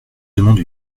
demande